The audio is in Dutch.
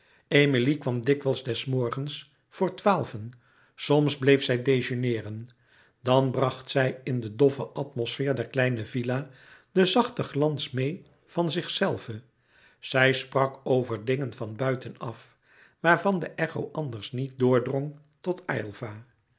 emilie kwam dikwijls des morgens voor twaalven soms bleef zij dejeuneeren dan bracht zij in de doffe atmosfeer der kleine villa den zachten glans meê van zichzelve zij sprak over dingen van buiten af waarvan de echo anders niet doordrong tot